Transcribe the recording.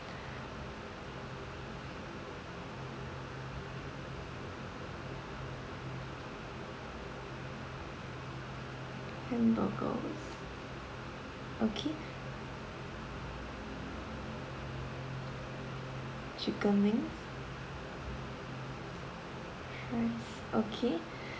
hamburgers okay chicken wings that's okay